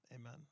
Amen